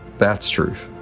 that's truth.